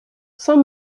saint